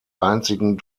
einzigen